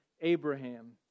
Abraham